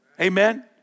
Amen